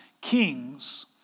kings